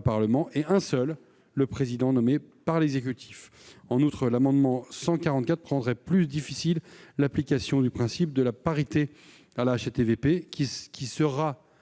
Parlement et un seul- le président -nommé par l'exécutif. En outre, l'adoption de l'amendement n° 144 rectifié rendrait plus difficile l'application du principe de la parité à la HATVP, qui sera